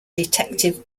detective